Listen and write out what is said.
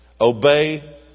obey